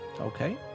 Okay